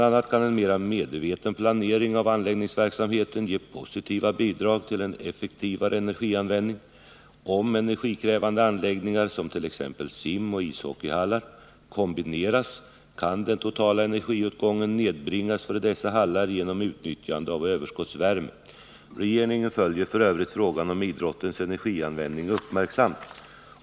a. kan en mera medveten planering av anläggningsverksamheten bidraga till en effektivare energianvändning. Om energikrävande anläggningar —t.ex. simoch ishockeyhallar — kombineras, kan den totala energiåtgången nedbringas för dessa hallar genom utnyttjande av överskottsvärme. Regeringen följer f. ö. frågan om idrottens energianvändning uppmärksamt.